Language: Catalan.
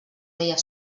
veia